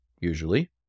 usually